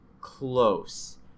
close